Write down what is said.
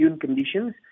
conditions